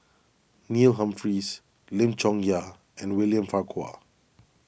Neil Humphreys Lim Chong Yah and William Farquhar